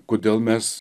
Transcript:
kodėl mes